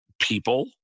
People